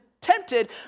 tempted